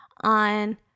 on